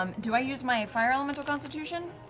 um do i use my fire elemental constitution?